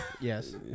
Yes